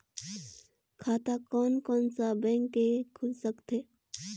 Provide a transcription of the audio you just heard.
खाता कोन कोन सा बैंक के खुल सकथे?